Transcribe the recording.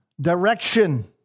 Direction